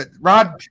Rod